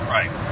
Right